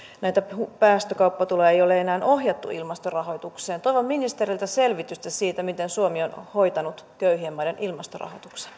näitä päästökauppatuloja ei ole enää ohjattu ilmastorahoitukseen toivon ministeriltä selvitystä siitä miten suomi on hoitanut köyhien maiden ilmastorahoituksen